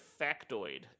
factoid